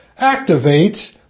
activates